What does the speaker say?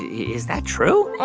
is that true? i